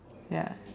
ya